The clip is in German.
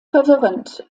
verwirrend